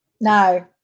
No